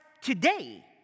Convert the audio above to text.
today